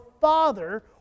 father